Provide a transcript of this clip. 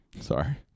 sorry